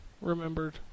remembered